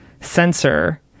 sensor